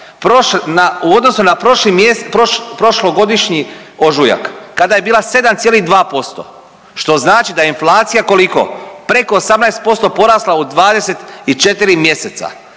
mjesec, prošlogodišnji ožujak kada je bila 7,2% što znači da je inflacija koliko, preko 18% porasla u 24 mjeseca.